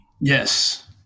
Yes